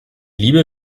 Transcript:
liebe